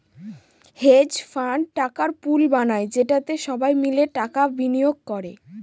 hedge fund টাকার pool বানায় যেটাতে সবাই মিলে টাকা বিনিয়োগ করে